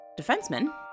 defenseman